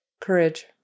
courage